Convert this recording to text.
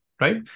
right